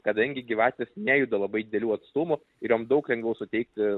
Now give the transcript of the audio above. kadangi gyvatės nejuda labai didelių atstumų ir jom daug lengviau suteikti